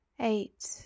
Eight